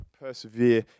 Persevere